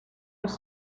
das